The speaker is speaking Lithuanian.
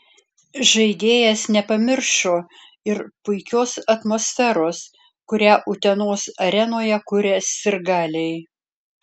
žaidėjas nepamiršo ir puikios atmosferos kurią utenos arenoje kuria sirgaliai